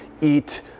eat